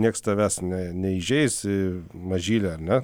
nieks tavęs ne neįžeisi mažyle ar ne